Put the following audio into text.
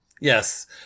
yes